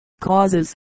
causes